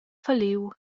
falliu